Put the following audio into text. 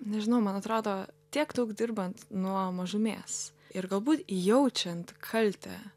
nežinau man atrodo tiek daug dirbant nuo mažumės ir galbūt jaučiant kaltę